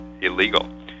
illegal